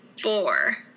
four